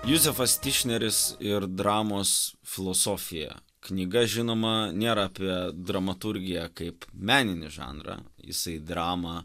juzefas tišneris ir dramos filosofija knyga žinoma nėra apie dramaturgiją kaip meninį žanrą jisai dramą